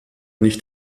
nicht